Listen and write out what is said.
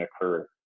occur